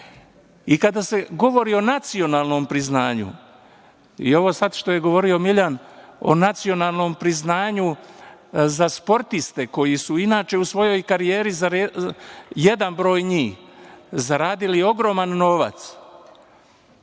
se govori o nacionalnom priznanju, i ovo sad što je govorio Miljan, o nacionalnom priznanju za sportiste, koji su inače u svojoj karijeri, jedan broj njih, zaradili ogroman novac,